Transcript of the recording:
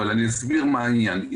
אבל אסביר מה העניין.